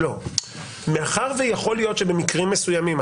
מאחר שיכול להיות שבמקרים מסוימים,